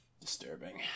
Disturbing